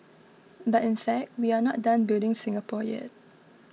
but in fact we are not done building Singapore yet